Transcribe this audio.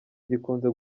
gikunze